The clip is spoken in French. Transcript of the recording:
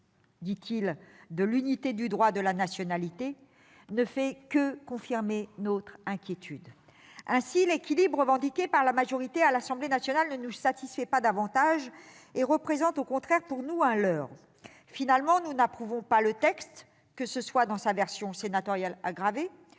au nom de l'unité du droit de la nationalité », ne fait que confirmer notre inquiétude ! Ainsi, l'équilibre revendiqué par la majorité à l'Assemblée nationale ne nous satisfait pas davantage et représente au contraire, pour nous, un leurre. Finalement, nous n'approuvons pas le texte, que ce soit dans sa version sénatoriale « aggravée